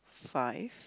five